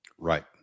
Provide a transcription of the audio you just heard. Right